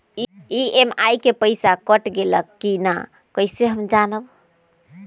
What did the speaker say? EMI के पईसा cut गेलक कि ना कइसे हम जानब?